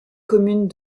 communes